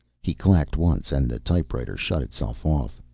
he clacked once, and the typewriter shut itself off.